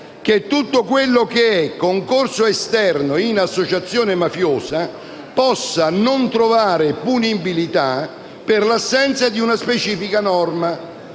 che tutto quello che è concorso esterno in associazione mafiosa possa non trovare punibilità per l'assenza di una specifica norma,